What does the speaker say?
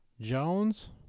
Jones